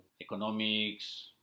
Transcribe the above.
economics